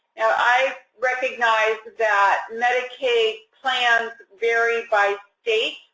i recognize that medicaid plans vary by state,